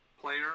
player